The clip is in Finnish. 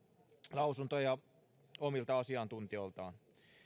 lausuntoja omilta asiantuntijoiltaan